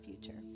future